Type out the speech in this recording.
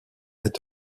est